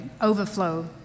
overflow